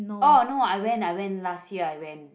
oh no I went I went last year I went